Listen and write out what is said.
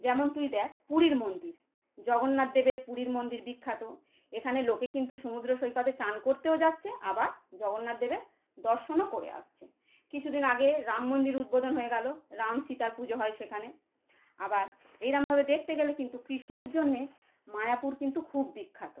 যেমন তুই দেখ পুরীর মন্দির জগন্নাথদেবের পুরীর মন্দির বিখ্যাত এখানে লোকে কিন্তু সমুদ্র সৈকতে চান করতেও যাচ্চে আবার জগন্নাথদেবের দর্শনও করে আসছে কিছু দিন আগে রাম মন্দির উদ্বোধন হয়ে গেল রাম সীতার পুজো হয় সেখানে আবার এরামভাবে দেখতে গেলে কিন্তু কৃষ্ণের জন্যে মায়াপুর কিন্তু খুব বিখ্যাত